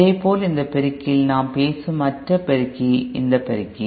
இதேபோல் இந்த பெருக்கியில் நாம் பேசும் மற்ற பெருக்கி இந்த பெருக்கி